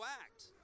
act